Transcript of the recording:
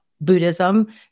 Buddhism